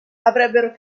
avrebbero